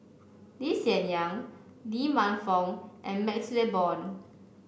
Lee Hsien Yang Lee Man Fong and MaxLe Blond